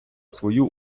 свою